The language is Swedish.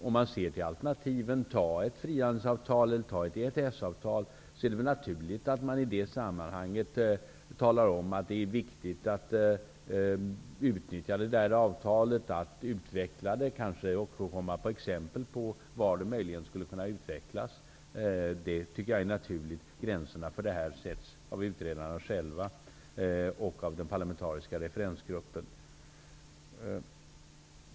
Om man ser till alternativen, t.ex. ett frihandelsavtal eller ett EES-avtal, är det väl naturligt att man i det sammanhanget talar om att det är viktigt att utnyttja det avtalet, att kanske utveckla det och komma på exempel var det möjligen skulle kunna utvecklas. Det tycker jag är naturligt. Gränserna för detta sätts av utredarna själva och av den parlamentariska referensgruppen.